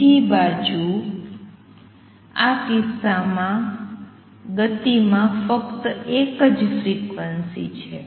બીજી બાજુ આ કિસ્સામાં ગતિમાં ફક્ત એક જ ફ્રિક્વન્સી છે